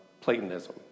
Platonism